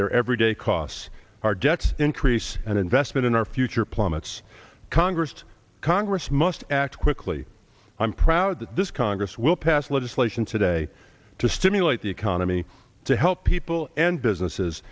their everyday costs our debts increase and investment in our future plummets congress congress must act quickly i'm proud that this congress will pass legislation today to stimulate the economy to help people and businesses